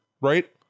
right